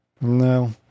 No